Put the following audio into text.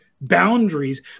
boundaries